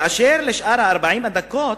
באשר לשאר 40 הדקות,